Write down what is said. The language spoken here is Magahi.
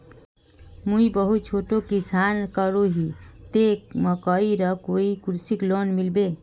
मुई बहुत छोटो किसान करोही ते मकईर कोई कृषि लोन मिलबे?